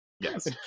yes